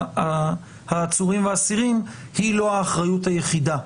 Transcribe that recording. והעצורים והאסירים היא לא האחריות היחידה.